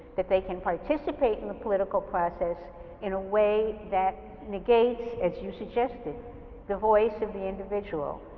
that they can participate in the political process in a way that negates as you suggested the voice of the individual.